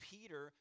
Peter